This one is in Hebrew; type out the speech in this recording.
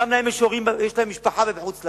גם להם יש משפחה בחוץ-לארץ.